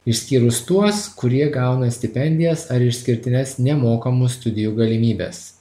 išskyrus tuos kurie gauna stipendijas ar išskirtines nemokamų studijų galimybes